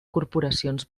corporacions